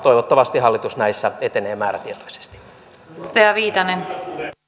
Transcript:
toivottavasti hallitus näissä etenee määrätietoisesti